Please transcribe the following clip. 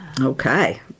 Okay